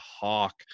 hawk